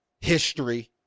history